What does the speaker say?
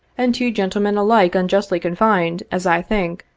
and to gentlemen alike unjustly confined, as i think,